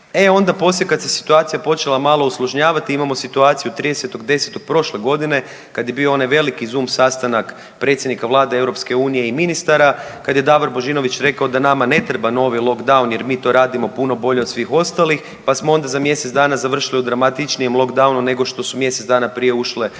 e onda poslije kad se situacija počela malo usložnjavati imamo situaciju 30.10. prošle godine kad je bio onaj veliki zoom sastanak predsjednika Vlade i EU i ministara, kada je Davor Božinović rekao da nama ne treba novi lockdown jer mi to radimo puno bolje od svih ostali, pa smo za mjesec dana završili u dramatičnijem lockdown nego što su mjesec dana prije ušle zemlje